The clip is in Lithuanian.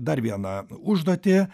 dar vieną užduotį